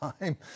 Time